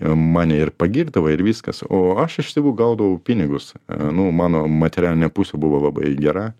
mane ir pagirdavo ir viskas o aš iš tėvų gaudavau pinigus nu mano materialinė pusė buvo labai gera